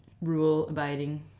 rule-abiding